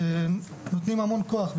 שנותנים המון כוח.